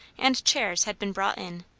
and chairs had been brought in,